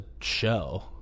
show